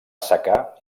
assecar